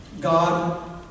God